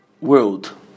world